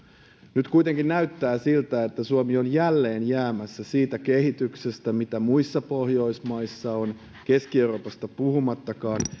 nyt kuitenkin näyttää siltä että suomi on jälleen jäämässä siitä kehityksestä mitä muissa pohjoismaissa on keski euroopasta puhumattakaan